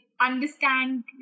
understand